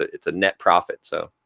it's a net profit so. oh,